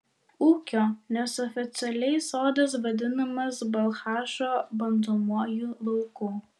ūkio nes oficialiai sodas vadinamas balchašo bandomuoju lauku